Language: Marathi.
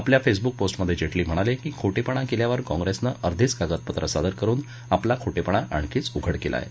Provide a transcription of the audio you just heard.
आपल्या फेसबुक पोस्टमध्ये जेटली म्हणाले की खोटेपणा केल्यावर काँप्रेसनं अर्धीच कागदपत्र सादर करुन आपला खोटेपणा आणखीच उघड केला आहे